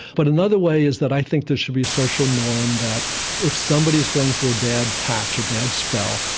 but another way is that i think there should be a social norm that if somebody is going through a bad patch, a bad spell,